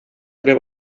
blev